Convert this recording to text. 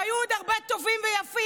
והיו עוד הרבה טובים ויפים.